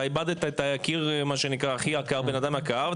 אתה אבדת את האדם הכי יקר לך,